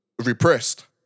repressed